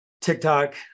TikTok